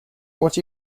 what